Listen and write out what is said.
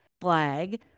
flag